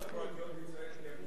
מעמד הזכויות החברתיות בישראל,